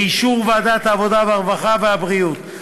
באישור ועדת העבודה, הרווחה והבריאות.